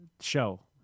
show